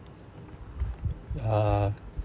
uh